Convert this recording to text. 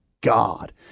God